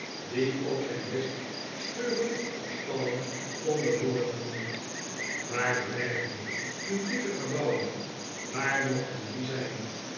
die op zijn best schuren of stallen konden worden genoemd maar de werven publieke gebouwen waar mochten die zijn